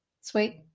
Sweet